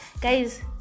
guys